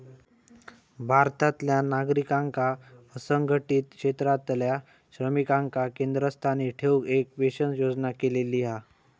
भारतातल्या नागरिकांका असंघटीत क्षेत्रातल्या श्रमिकांका केंद्रस्थानी ठेऊन एक पेंशन योजना केलेली हा